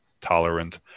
tolerant